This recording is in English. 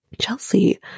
Chelsea